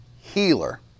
healer